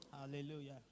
Hallelujah